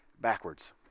backwards